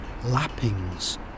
Lappings